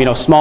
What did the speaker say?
you know small